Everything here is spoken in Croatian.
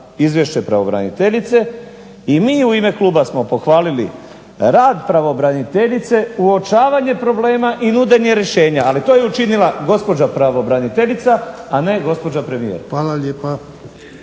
izvješće pravobraniteljice i mi u ime kluba smo pohvalili rad pravobraniteljice, uočavanje problema i nuđenje rješenja. Ali to je učinila gospođa pravobraniteljica, a ne gospođa premijerka. **Jarnjak,